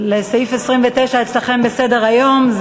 לסעיף 29 אצלכם בסדר-היום,